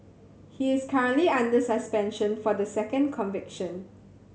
he is currently under suspension for the second conviction